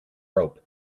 rope